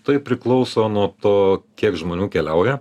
tai priklauso nuo to kiek žmonių keliauja